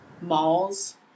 Malls